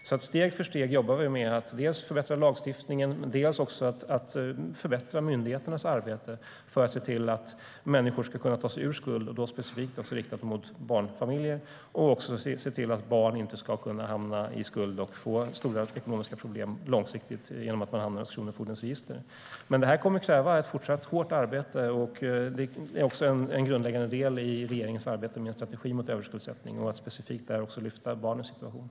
Steg för steg jobbar vi alltså med att dels förbättra lagstiftningen, dels förbättra myndigheternas arbete för att se till att människor ska kunna ta sig ur skuld, då specifikt riktat mot barnfamiljer, och att se till att barn inte ska kunna hamna i skuld och få stora ekonomiska problem långsiktigt genom att de hamnar i kronofogdens register.